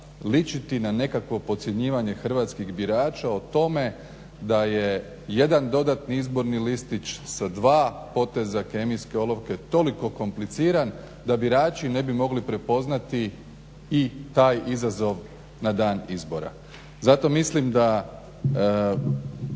ličiti na nekakvo podcjenjivanje hrvatskih birača o tome da je jedan dodatni izborni listić sa dva poteza kemijske olovke toliko kompliciran da birači ne bi mogli prepoznati i taj izazov na dan izbora. Zato mislim da